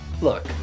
Look